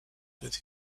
with